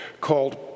called